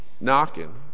knocking